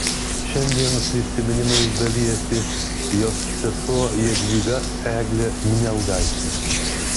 šiandien prisiminimais dalijasi jos sesuo jadvyga eglė minialgaitė